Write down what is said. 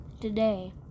today